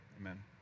Amen